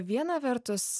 viena vertus